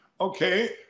okay